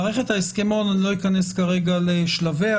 מערכת ההסכמון לא אכנס כרגע לשלביה,